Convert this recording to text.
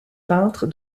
peintre